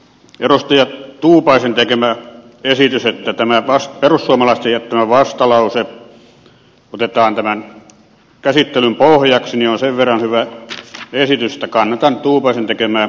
edustaja tuupaisen tekemä esitys että tämä perussuomalaisten jättämä vastalause otetaan tämän käsittelyn pohjaksi on sen verran hyvä esitys että kannatan tuupaisen tekemää ehdotusta